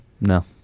no